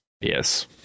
yes